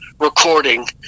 recording